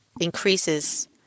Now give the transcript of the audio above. increases